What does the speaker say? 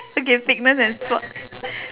okay fitness and sport